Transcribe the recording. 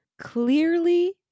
clearly